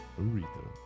Aretha